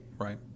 right